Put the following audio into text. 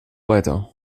weiter